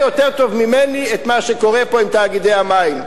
יותר טוב ממני את מה שקורה פה עם תאגידי המים.